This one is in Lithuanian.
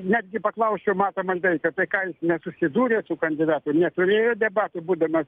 netgi paklausčiau mato maldeikio tai ką jis nesusidūrė su kandidatu ir neurėjo debatų būdamas